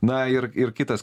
na ir ir kitas